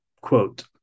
quote